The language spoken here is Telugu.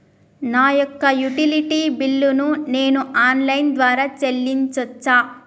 నా యొక్క యుటిలిటీ బిల్లు ను నేను ఆన్ లైన్ ద్వారా చెల్లించొచ్చా?